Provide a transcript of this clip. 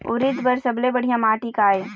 उरीद बर सबले बढ़िया माटी का ये?